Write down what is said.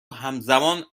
همزمان